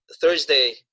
Thursday